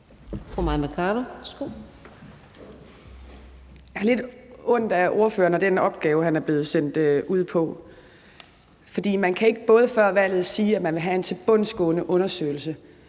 Jeg har lidt ondt af ordføreren med den opgave, han er blevet sendt ud på. For man kan ikke både før valget sige, at man vil have en tilbundsgående undersøgelse,